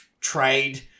trade